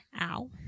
Ow